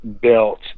built